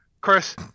Chris